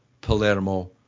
Palermo